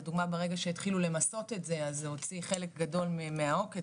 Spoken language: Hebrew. לדוגמא ברגע שהתחילו למסות את זה אז זה הוציא חלק גדול מהעוקץ,